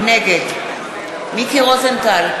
נגד מיקי רוזנטל,